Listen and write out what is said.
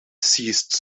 ceased